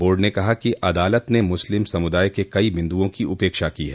board ने कहा कि अदालत ने मुस्लिम समुदाय के कई बिन्दुओं की उपेक्षा की है